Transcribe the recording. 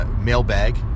mailbag